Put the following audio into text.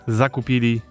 zakupili